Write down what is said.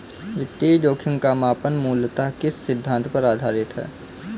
वित्तीय जोखिम का मापन मूलतः किस सिद्धांत पर आधारित है?